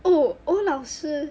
oh 阳老师